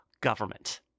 government